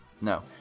no